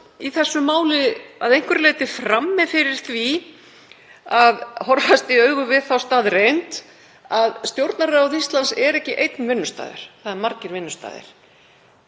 samt í þessu máli að einhverju leyti frammi fyrir og horfumst í augu við þá staðreynd að Stjórnarráð Íslands er ekki einn vinnustaður, það er margir vinnustaðir.